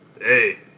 hey